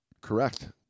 Correct